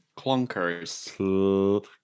Clunkers